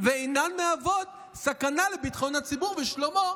ואינן מהוות סכנה לביטחון הציבור ושלומו,